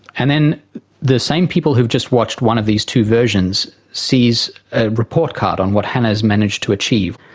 and then the same people who have just watched one of these two versions sees a report card on what hannah has managed to achieve.